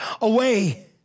away